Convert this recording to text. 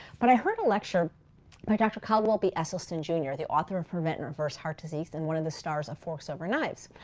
but i heard a lecture by dr. caldwell b. esselstyn jr, the author of prevent and reverse heart disease and one of the stars of forks over knives,